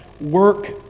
work